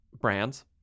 brands